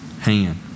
hand